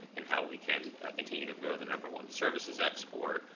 and how we can continue to grow the number one services export,